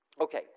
Okay